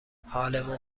حالمون